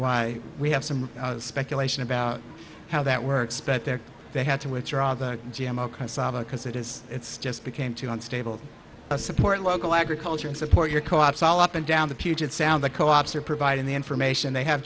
why we have some speculation about how that works but there they had to withdraw the g m o because it is it's just became too unstable to support local agriculture and support your co ops all up and down the puget sound the co ops are providing the information they have